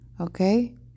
Okay